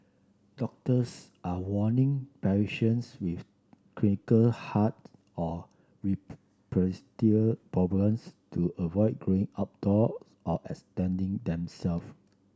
doctors are warning patients with chronic heart or respiratory problems to avoid going outdoor or exerting themself